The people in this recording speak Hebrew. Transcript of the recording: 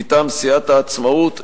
מטעם סיעת העצמאות,